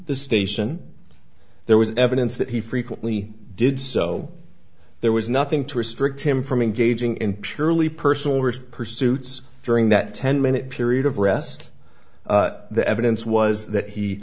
the station there was evidence that he frequently did so there was nothing to restrict him from engaging in purely personal risk pursuits during that ten minute period of rest the evidence was that he